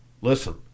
Listen